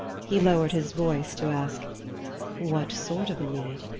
he lowered his voice to ask what sort of a need?